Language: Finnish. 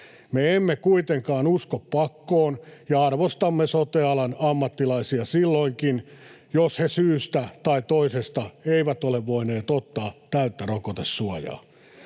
Me emme kuitenkaan usko pakkoon, ja arvostamme sote-alan ammattilaisia silloinkin, jos he syystä tai toisesta eivät ole voineet ottaa täyttä rokotesuojaa.